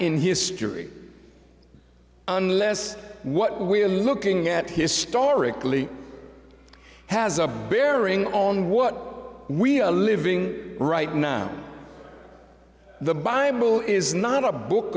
in history unless what we are looking at historically has a bearing on what we are living right now the bible is not a book